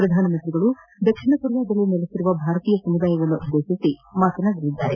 ಪ್ರಧಾನಿ ಅವರು ದಕ್ಷಿಣ ಕೊರಿಯಾದಲ್ಲಿ ನೆಲೆಸಿರುವ ಭಾರತೀಯ ಸಮುದಾಯವನ್ನು ಉದ್ದೇಶಿಸಿ ಮಾತನಾಡಲಿದ್ದಾರೆ